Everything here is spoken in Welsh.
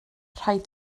rhaid